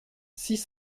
six